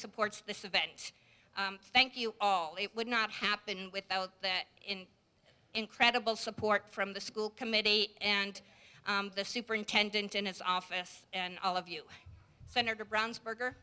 supports this event thank you all it would not happen without that incredible support from the school committee and the superintendent in his office and all of you senator brown's burger